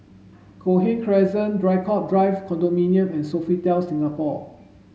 Cochrane Crescent Draycott Drive Condominium and Sofitel Singapore